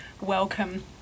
welcome